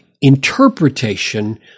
interpretation